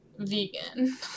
vegan